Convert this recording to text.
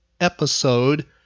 episode